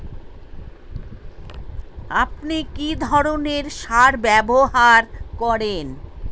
আপনি কী ধরনের সার ব্যবহার করেন?